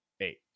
Eight